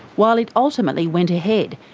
while it ultimately went ahead,